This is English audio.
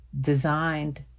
designed